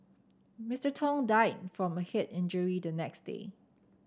Mister Tong died from a head injury the next day